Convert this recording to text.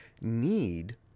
need